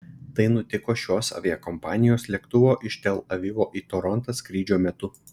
tai nutiko šios aviakompanijos lėktuvo iš tel avivo į torontą skrydžio metu